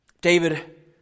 David